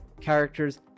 characters